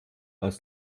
aus